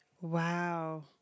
Wow